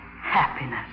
happiness